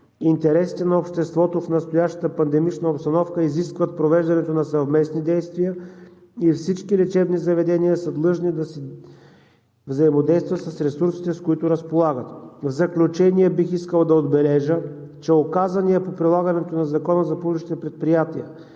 Интересите на обществото в настоящата пандемична обстановка изискват провеждането на съвместни действия и всички лечебни заведения са длъжни да си взаимодействат с ресурсите, с които разполагат. В заключение бих искал да отбележа, че указания по прилагането на Закона за публичните предприятия